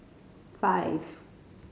five